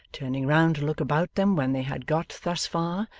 turning round to look about them when they had got thus far,